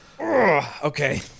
okay